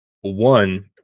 One